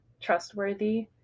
trustworthy